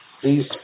Please